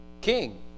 king